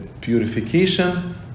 purification